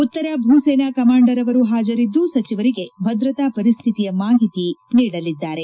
ಉತ್ತರ ಭೂಸೇನಾ ಕಮಾಂಡರ್ ಅವರು ಹಾಜರಿದ್ದು ಸಚಿವರಿಗೆ ಭದ್ರತಾ ಪರಿಸ್ಥಿತಿಯ ಮಾಹಿತಿ ನೀಡಲಿದ್ದಾರೆ